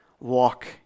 walk